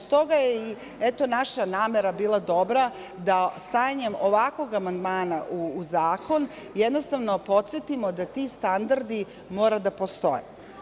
Stoga je, i eto naša namera dobra da stajanjem ovakvog amandmana u zakon jednostavno podsetimo da ti standardi mora da postoje.